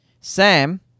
Sam